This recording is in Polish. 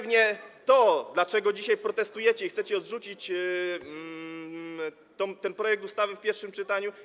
Wiem, dlaczego dzisiaj protestujecie i chcecie odrzucić ten projekt ustawy w pierwszym czytaniu.